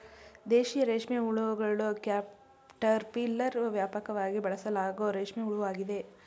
ದೇಶೀಯ ರೇಷ್ಮೆಹುಳುಗಳ ಕ್ಯಾಟರ್ಪಿಲ್ಲರ್ ವ್ಯಾಪಕವಾಗಿ ಬಳಸಲಾಗೋ ರೇಷ್ಮೆ ಹುಳುವಾಗಿದೆ